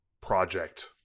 project